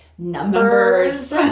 numbers